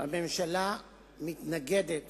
הממשלה מתנגדת